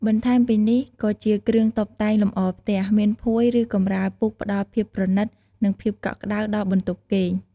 បន្ថែមពីនេះ ក៏ជាគ្រឿងតុបតែងលម្អផ្ទះ មានភួយ ឬកម្រាលពូកផ្តល់ភាពប្រណិត និងភាពកក់ក្តៅដល់បន្ទប់គេង។